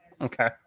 Okay